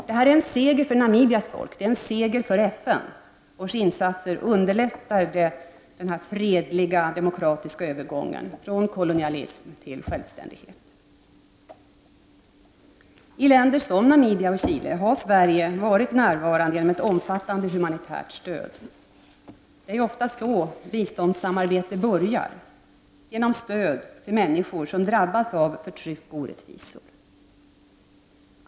Detta är en seger för Namibias folk, och det är en seger för FN, vars insatser underlättat den fredliga och demokratiska övergången från kolonialism till självständighet. I länder som Namibia och Chile har Sverige länge varit närvarande genom ett omfattande humanitärt stöd. Det är oftast så biståndssamarbetet börjar — genom stöd till människor som drabbas av förtryck och orättvisor.